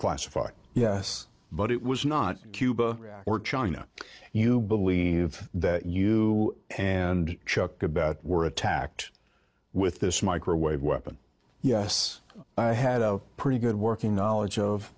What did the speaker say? classified yes but it was not cuba or china you believe that you and chuck about were attacked with this microwave weapon yes i had a pretty good working knowledge of